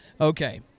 Okay